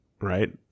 right